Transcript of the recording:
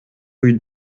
rue